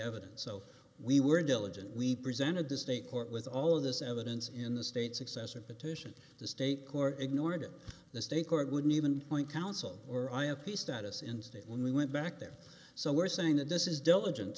evidence so we were diligently presented to state court with all of this evidence in the state's excessive petition the state court ignored it the state court wouldn't even point counsel or i o p status in state when we went back there so we're saying that this is diligence